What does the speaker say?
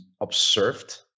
observed